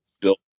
built